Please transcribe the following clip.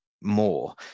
more